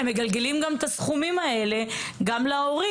הם מגלגלים גם את הסכומים האלה גם להורים.